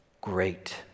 great